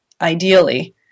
ideally